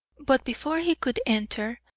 but before he could enter,